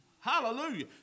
Hallelujah